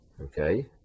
okay